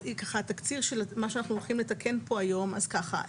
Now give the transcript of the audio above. התקציר של מה שאנחנו הולכים לתקן פה היום הוא ככה.